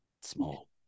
small